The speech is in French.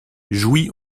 jouy